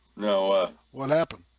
no what happened